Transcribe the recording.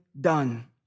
done